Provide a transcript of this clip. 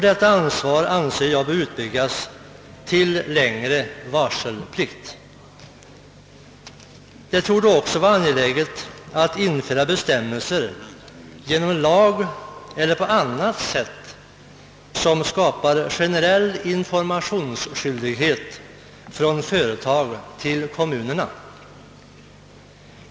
Detta ansvar anser jag bör utbyggas till längre varselplikt. Det torde också vara angeläget att genom lag eller på annat sätt införa bestämmelser som för företagen skapar generell skyldighet att informera kommunerna.